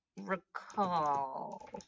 recall